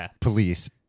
Police